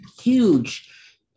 huge